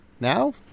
Now